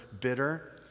bitter